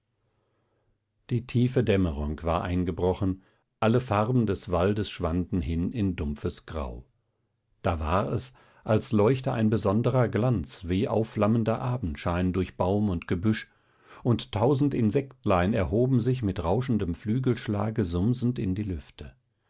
die tiefe dämmerung war eingebrochen alle farben des waldes schwanden hin in dumpfes grau da war es als leuchte ein besonderer glanz wie aufflammender abendschein durch baum und gebüsch und tausend insektlein erhoben sich mit rauschendem flügelschlage sumsend in die lüfte